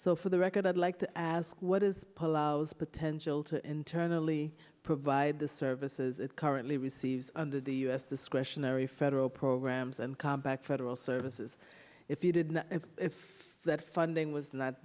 so for the record i'd like to ask what is pullouts potential to internally provide the services it currently receives under the u s discretionary federal programs and come back federal services if you didn't if that funding was not